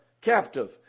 captive